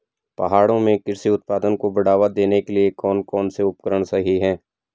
पहाड़ों में कृषि उत्पादन को बढ़ावा देने के लिए कौन कौन से उपकरण सही हैं?